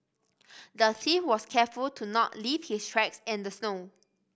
the thief was careful to not leave his tracks in the snow